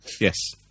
Yes